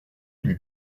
lui